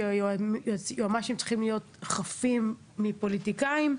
שיועצים משפטיים צריכים להיות חפים מפוליטיקאים.